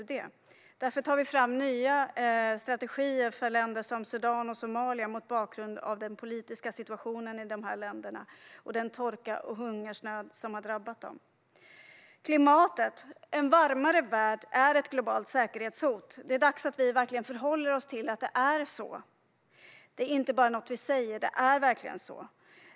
Därför tar vi fram nya strategier för länder som Sudan och Somalia mot bakgrund av den politiska situationen i dessa länder och den torka och hungersnöd som drabbat dem. När det gäller klimatet: En varmare värld är ett globalt säkerhetshot. Det är dags att vi förhåller oss till att det är så. Det är inte bara något vi säger; det är verkligen så.